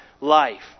life